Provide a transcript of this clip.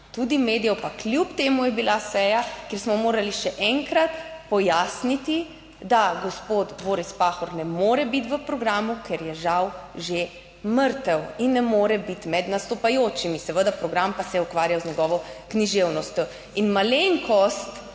tudi medijev, pa kljub temu je bila seja, kjer smo morali še enkrat pojasniti, da gospod Boris Pahor ne more biti v programu, ker je žal že mrtev in ne more biti med nastopajočimi. Seveda, program pa se je ukvarjal z njegovo književnostjo. In malenkost